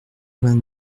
vingt